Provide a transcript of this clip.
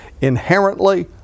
inherently